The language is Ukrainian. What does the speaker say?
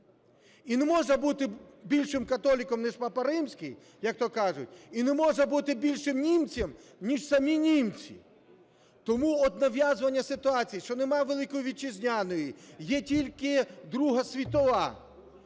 І не можна бути більшим католиком, ніж Папа Римський, як-то кажуть, і не можна бути більшим німцем, ніж самі німці. Тому от нав'язування ситуації, що немає Великої Вітчизняної, є тільки Друга світова,